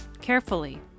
carefully